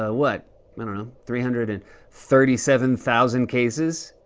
ah what i don't know three hundred and thirty seven thousand cases.